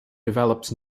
develops